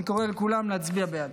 אני קורא לכולם להצביע בעד.